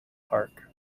park